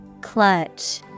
Clutch